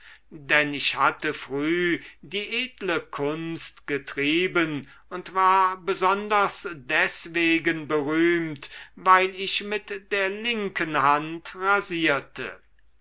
denn ich hatte früh die edle kunst getrieben und war besonders deswegen berühmt weil ich mit der linken hand rasierte